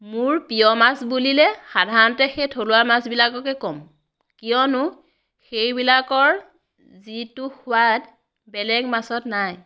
মোৰ প্ৰিয় মাছ বুলিলে সাধাৰণতে সেই থলুৱা মাছবিলাককে কম কিয়নো সেইবিলাকৰ যিটো সোৱাদ বেলেগ মাছত নাই